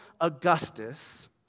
Augustus